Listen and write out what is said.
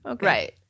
Right